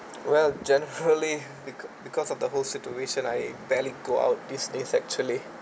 well generally because because of the whole situation I barely go out these days actually